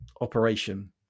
operation